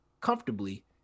comfortably